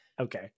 Okay